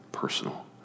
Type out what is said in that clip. personal